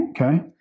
Okay